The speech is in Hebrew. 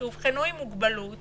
שאובחנו עם מוגבלות